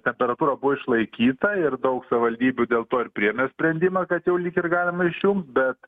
temperatūra buvo išlaikyta ir daug savivaldybių dėl to ir priėmė sprendimą kad jau lyg ir galima išjungt bet